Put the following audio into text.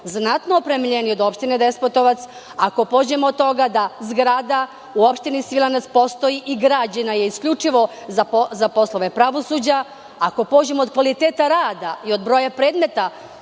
znatno opremljeniji od opštine Despotovac, ako pođemo od toga da zgrada u opštini Svilajanac postoji i građena je isključivo za poslove pravosuđa, ako pođemo od kvaliteta rada i od broja predmeta